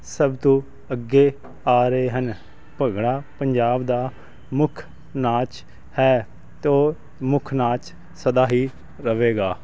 ਸਭ ਤੋਂ ਅੱਗੇ ਆ ਰਹੇ ਹਨ ਭੰਗੜਾ ਪੰਜਾਬ ਦਾ ਮੁੱਖ ਨਾਚ ਹੈ ਤੋ ਮੁੱਖ ਨਾਚ ਸਦਾ ਹੀ ਰਹੇਗਾ